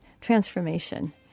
transformation